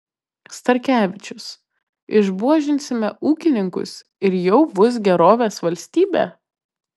starkevičius išbuožinsime ūkininkus ir jau bus gerovės valstybė